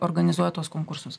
organizuoja tuos konkursus